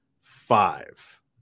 five